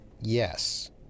Yes